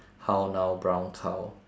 how now brown cow